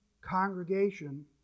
congregation